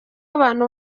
abantu